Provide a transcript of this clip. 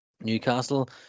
Newcastle